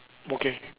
okay